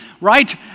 right